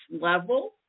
level